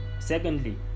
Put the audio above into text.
Secondly